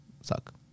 suck